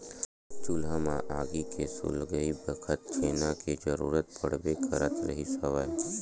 चूल्हा म आगी के सुलगई बखत छेना के जरुरत पड़बे करत रिहिस हवय